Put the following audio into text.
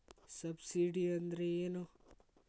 Subsidy ಅಂದ್ರೆ ಏನು?